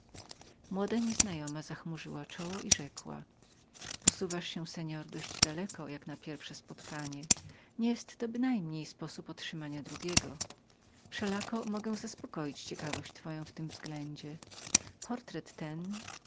młoda nieznajoma zachmurzyła czoło i rzekła zbyt pan jesteś porywczym jak na pierwsze spotkanie nie jestto bynajmniej sposób otrzymania drugiego wszelako mogę zaspokoić ciekawość pańską w tym względzie portret ten